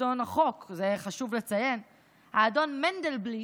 שלטון החוק, חשוב לציין, האדון מנדלבליט,